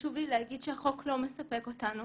וחשוב לי להגיד שהחוק לא מספק אותנו,